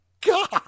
god